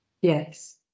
Yes